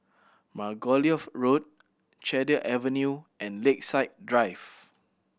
Margoliouth Road Cedar Avenue and Lakeside Drive